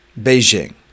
Beijing